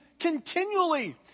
continually